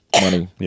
money